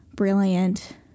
Brilliant